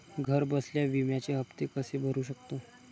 घरबसल्या विम्याचे हफ्ते कसे भरू शकतो?